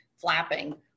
flapping